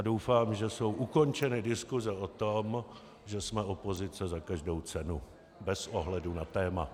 Doufám, že jsou ukončeny diskuse o tom, že jsme opozice za každou cenu, bez ohledu na téma.